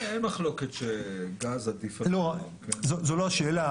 אין מחלוקת שגז עדיף על פני --- זו לא השאלה.